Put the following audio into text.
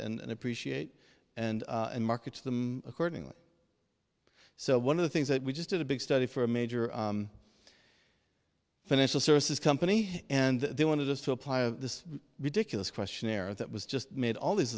and appreciate and and market to them accordingly so one of the things that we just did a big study for a major financial services company and they wanted us to apply this ridiculous questionnaire that was just made all these